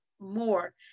more